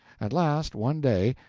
at last, one day,